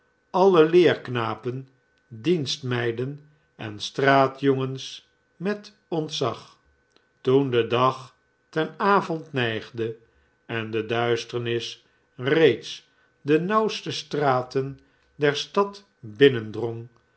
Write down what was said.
alle leerknapen dienstmeiden en straatjongens met oritzag toen de dag ten avond neigde en de duisternis reeds de nauwste straten der stad